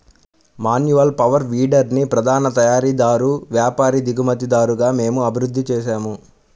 manual power వీడర్ని ప్రధాన తయారీదారు, వ్యాపారి, దిగుమతిదారుగా మేము అభివృద్ధి చేసాము